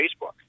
Facebook